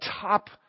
top